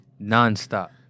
Nonstop